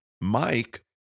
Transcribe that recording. Mike